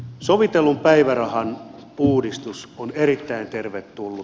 sovitellun päivärahan uudistus on erittäin tervetullut